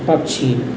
पक्षी